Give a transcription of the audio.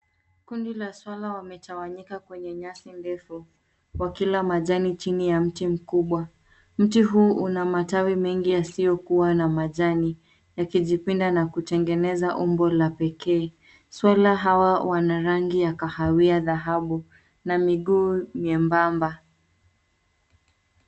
Kundi la swara wametawanyika kwenye nyasi ndefu, wakila majani chini ya mti mkubwa. Mti huu una matawi mengi yasiyokua na majani, yakijipinda na kutengeneza umbo la pekee. Swara hawa wana rangi ya kahawia dhahabu, na miguu mwembamba.